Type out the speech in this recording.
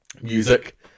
music